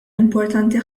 importanti